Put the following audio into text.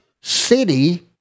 city